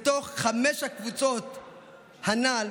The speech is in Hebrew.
בתוך חמש הקבוצות הנ"ל,